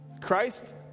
Christ